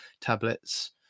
tablets